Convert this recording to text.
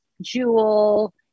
Jewel